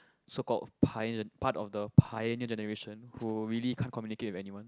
so called pio~ part of the Pioneer Generation who really can't communicate with anyone